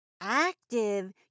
Active